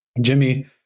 Jimmy